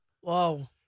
Whoa